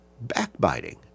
backbiting